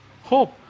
hope